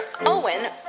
Owen